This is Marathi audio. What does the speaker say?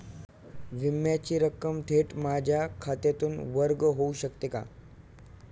विम्याची रक्कम थेट माझ्या खात्यातून वर्ग होऊ शकते का?